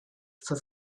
for